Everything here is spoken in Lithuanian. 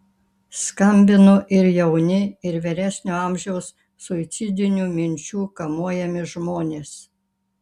skambino ir jauni ir vyresnio amžiaus suicidinių minčių kamuojami žmonės